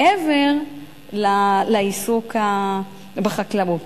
מעבר לעיסוק בחקלאות,